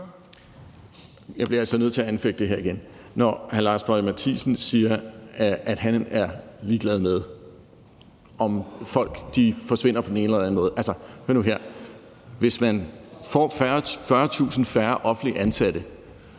Jeg bliver altså nødt til at anfægte det her igen. Hr. Lars Boje Mathiesen siger, at han er ligeglad med, om folk forsvinder på den ene eller den anden måde. Altså, hør nu her: Hvis man får 40.000 færre offentligt ansatte